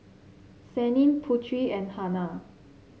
Senin Putri and Hana